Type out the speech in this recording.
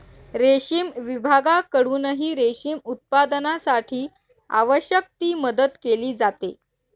रेशीम विभागाकडूनही रेशीम उत्पादनासाठी आवश्यक ती मदत केली जाते